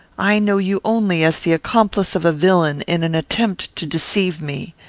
i know you only as the accomplice of a villain in an attempt to deceive me.